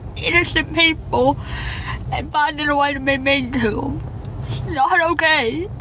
innocent people and finding a way to make me do okay,